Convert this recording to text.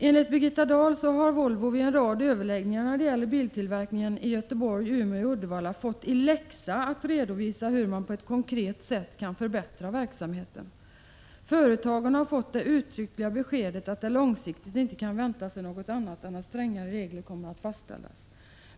Enligt Birgitta Dahl har Volvo vid en rad överläggningar om biltillverkningen i Göteborg, Umeå och Uddevalla fått i läxa att redovisa hur man på ett konkret sätt kan förbättra verksamheten. Företaget har fått det uttryckliga beskedet att det långsiktigt inte kan vänta sig något annat än att strängare regler kommer att fastställas.